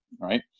right